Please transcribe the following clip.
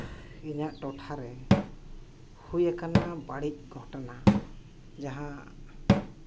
ᱤᱧᱟᱹᱜ ᱴᱚᱴᱷᱟᱨᱮ ᱦᱩᱭ ᱟᱠᱟᱱᱟ ᱵᱟᱹᱲᱤᱡ ᱜᱷᱚᱴᱚᱱᱟ ᱡᱟᱦᱟᱸ